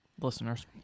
Listeners